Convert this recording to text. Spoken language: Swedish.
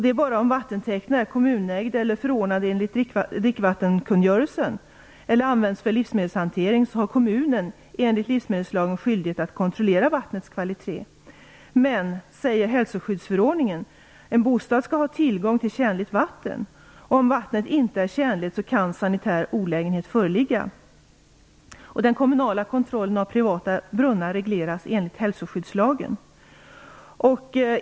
Det är bara om vattentäkten är kommunägd eller förordnad enligt dricksvattenkungörelsen eller används för livsmedelshantering som kommunen enligt livsmedelslagen har skyldighet att kontrollera vattnets kvalitet. Men, säger hälsoskyddsförordningen, en bostad skall ha tillgång till tjänligt vatten. Om vattnet inte är tjänligt kan sanitär olägenhet föreligga. Den kommunala kontrollen av privata brunnar regleras enligt hälsoskyddslagen.